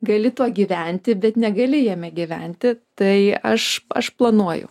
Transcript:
gali tuo gyventi bet negali jame gyventi tai aš aš planuoju